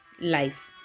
life